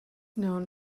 known